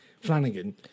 Flanagan